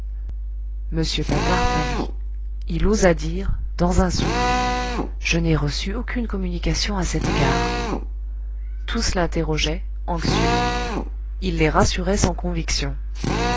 m patard pâlit il osa dire dans un souffle je n'ai reçu aucune communication à cet égard tous l'interrogeaient anxieux il les rassurait sans conviction